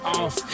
off